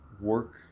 work